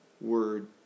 word